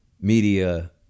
media